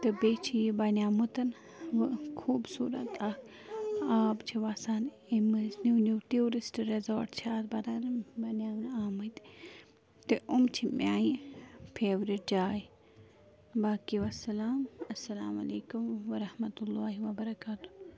تہٕ بیٚیہِ چھُ یہِ بَنیومُتن خوٗبصوٗت اَکھ آب چھِ وَسان امہِ مٔنٛزۍ نیو چھِ اَتھ بَنان بناونہٕ آمٕتۍ تہٕ یِم چھِ میانہِ فیورِٹ جاے باقٕے وَسَلام السَلام علیکُم وَرحمتُہ اللہ وَبَراکاتُہ